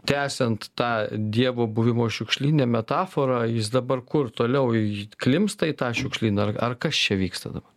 tęsiant tą dievo buvimo šiukšlyne metaforą jis dabar kur toliau klimpsta į tą šiukšlyną ar ar kas čia vyksta daba